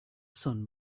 sun